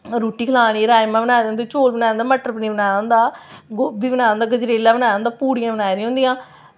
रुट्टी खलानी राजमांह् बनाए दे होंदे चौल बनाए दे मटर पनीर बनाए दा होंदा गोभी बनाए दा होंदा गजरेला बनाए दा होंदा पूड़ियां बनाई दियां होंदियां